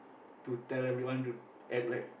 to tell everyone to act like